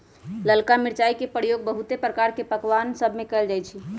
ललका मिरचाई के प्रयोग बहुते प्रकार के पकमान सभमें कएल जाइ छइ